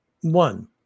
one